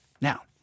Now